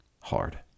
hard